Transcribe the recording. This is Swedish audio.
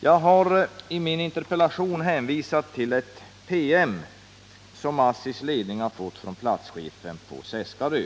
Jag har i min interpellation hänvisat till en PM som ASSI:s ledning har fått från platschefen på Seskarö.